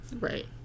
Right